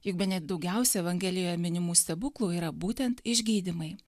juk bene daugiausia evangelijoje minimų stebuklų yra būtent išgydymai